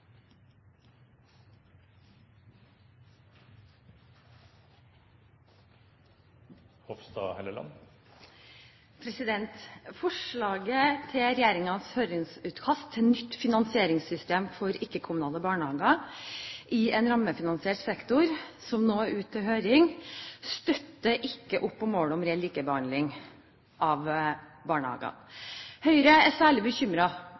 nytt system. Forslaget til regjeringens høringsnotat til nytt finansieringssystem for ikke-kommunale barnehager i en rammefinansiert sektor som nå er ute til høring, støtter ikke opp om målet om reell likebehandling av barnehagene. Høyre er